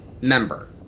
member